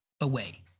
away